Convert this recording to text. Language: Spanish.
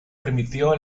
permitió